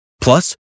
Plus